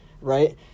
Right